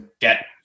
get